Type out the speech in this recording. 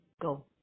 go